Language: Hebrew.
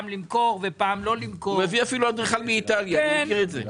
למכור ופעם לא למכור -- הוא מביא אפילו אדריכל מאיטליה; אני מכיר את זה.